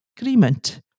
agreement